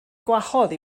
gwahodd